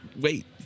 wait